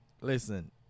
Listen